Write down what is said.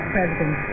President